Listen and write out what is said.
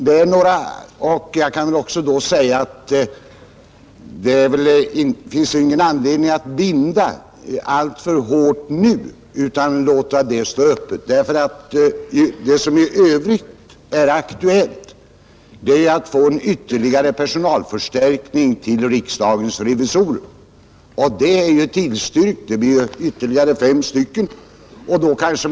Det finns därför ingen anledning att vi alltför hårt binder oss nu utan vi bör låta frågan stå öppen. Vad som för övrigt är aktuellt är ju att riksdagsrevisionen förstärks personellt. Förslaget om ytterligare fem revisorer är tillstyrkt.